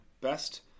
best